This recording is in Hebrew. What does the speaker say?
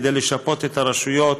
כדי לשפות את הרשויות,